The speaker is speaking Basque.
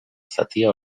zatia